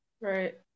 Right